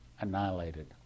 annihilated